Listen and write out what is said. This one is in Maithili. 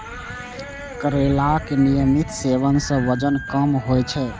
करैलाक नियमित सेवन सं वजन कम होइ छै